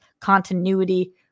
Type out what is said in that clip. continuity